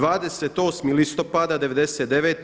28 listopada '99.